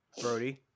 Brody